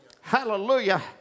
Hallelujah